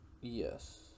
yes